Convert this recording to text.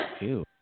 ew